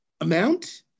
amount